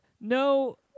No